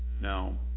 Now